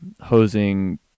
hosing